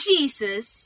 Jesus